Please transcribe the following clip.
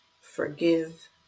Forgive